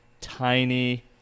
tiny